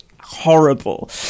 horrible